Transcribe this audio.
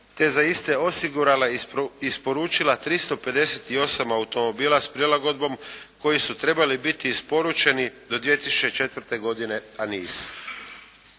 je za iste osigurala i isporučila 358 automobila s prilagodbom koji su trebali biti isporučeni do 2004. godine a nisu.